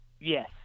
Yes